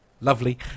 Lovely